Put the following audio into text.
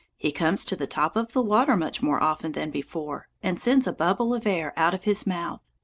he comes to the top of the water much more often than before, and sends a bubble of air out of his mouth.